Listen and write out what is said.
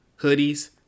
hoodies